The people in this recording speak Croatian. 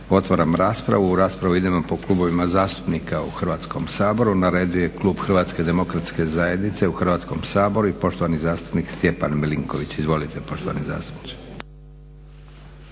Otvaram raspravu. U raspravu idemo po klubovima zastupnika u Hrvatskom saboru. Na redu je Klub Hrvatske demokratske zajednice u Hrvatskom saboru i poštovani zastupnik Stjepan Milinković. Izvolite poštovani zastupniče.